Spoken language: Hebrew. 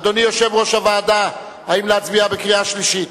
אדוני יושב-ראש הוועדה, האם להצביע בקריאה שלישית?